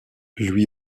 lui